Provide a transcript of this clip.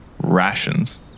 rations